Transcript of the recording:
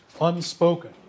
unspoken